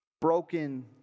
Broken